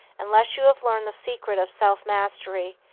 unless you have learned the secret of self-mastery,